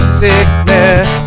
sickness